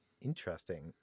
Interesting